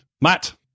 Matt